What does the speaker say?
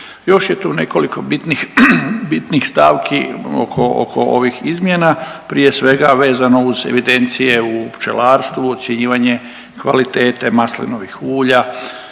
Još je tu nekoliko bitnih stavki oko ovih izmjena, prije svega vezano uz evidencije u pčelarstvu, ocjenjivanje kvalitete maslinovih ulja,